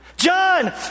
John